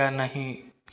या नहीं